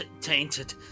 tainted